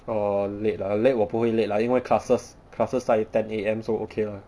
err late ah late 我不会 late lah 因为 classes classes start at ten A_M so okay lah